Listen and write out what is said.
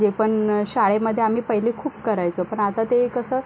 जे पण शाळेमध्ये आम्ही पहिले खूप करायचो पण आता ते कसं